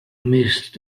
mist